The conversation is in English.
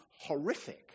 horrific